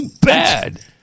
bad